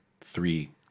three